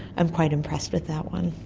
i'm quite impressed with that one.